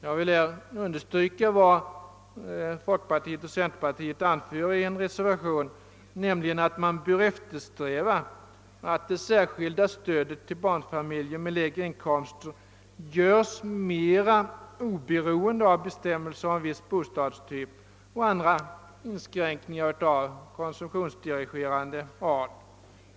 Jag vill här understryka vad folkpartiet och centerpartiet anför i en reservation, nämligen att man bör eftersträva att det särskilda stödet till barnfamiljer med lägre inkomst görs mera oberoende av bestämmelser om viss bostadstyp och andra inskänkningar av konsumtionsdirigerande art.